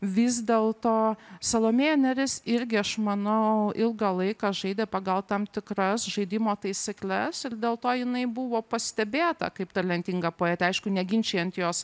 vis dėlto salomėja nėris irgi aš manau ilgą laiką žaidė pagal tam tikras žaidimo taisykles ir dėl to jinai buvo pastebėta kaip talentinga poetė aišku neginčijant jos